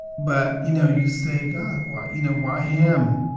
but, you know, you say, god, why? you know, why him?